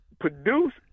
produce